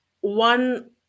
One